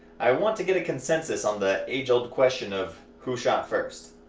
i want to get a consensus on the age old question of who shot first,